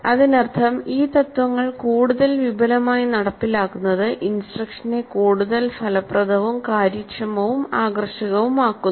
അതിനർത്ഥം ഈ തത്ത്വങ്ങൾ കൂടുതൽ വിപുലമായി നടപ്പിലാക്കുന്നത് ഇൻസ്ട്രക്ഷനെ കൂടുതൽ ഫലപ്രദവും കാര്യക്ഷമവും ആകർഷകവുമാക്കുന്നു